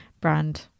brand